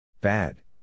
Bad